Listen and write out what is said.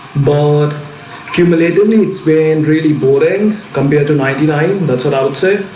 but cumulatively it's been really boring compared to ninety nine. that's what outside